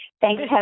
Thanks